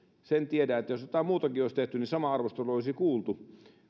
sen tiedän että jos jotain muutakin olisi tehty niin sama arvostelu olisi kuultu